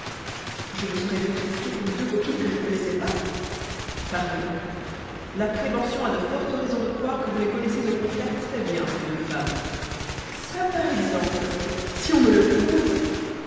je me serais donc risqué pour deux coquines que je ne connaissais pas pardon la prévention a de fortes raisons de croire que vous les connaissez au contraire très-bien ces deux femmes ça par exemple si on me le prouve